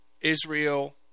Israel